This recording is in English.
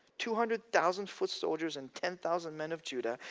two hundred thousand foot soldiers and ten thousand men of judah.